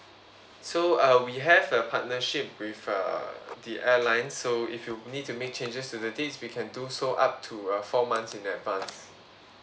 so uh we have a partnership with uh the airlines so if you need to make changes to the dates we can do so up to uh four months in advance